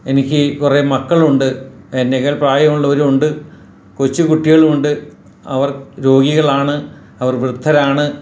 എനിക്ക് കുറെ മക്കളുണ്ട് എന്നെക്കാൾ പ്രായമുള്ളവരുണ്ട് കൊച്ചു കുട്ടികളുണ്ട് അവർ രോഗികളാണ് അവർ വൃദ്ധരാണ്